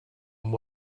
and